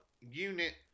unit